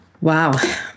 Wow